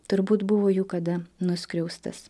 turbūt buvo jų kada nuskriaustas